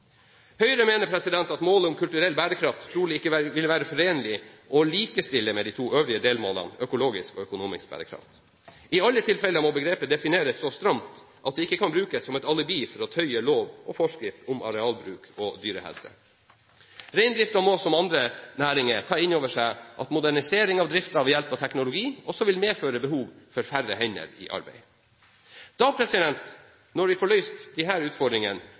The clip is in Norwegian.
Høyre mener at målet om kulturell bærekraft trolig ikke vil være forenlig å likestille med de øvrige delmålene, økologisk og økonomisk bærekraft. I alle tilfeller må begrepet defineres så stramt at det ikke kan brukes som et alibi for å tøye lov og forskrift om arealbruk og dyrehelse. Reindriften må, som andre næringer, ta inn over seg at modernisering av driften ved hjelp av teknologi også vil medføre behov for færre hender i arbeid. Da, når vi får løst disse utfordringene,